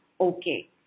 okay